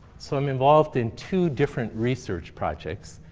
so i'm involved in two different research projects.